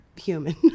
human